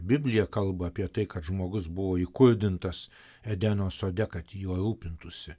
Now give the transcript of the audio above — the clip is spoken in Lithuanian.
biblija kalba apie tai kad žmogus buvo įkurdintas edeno sode kad juo rūpintųsi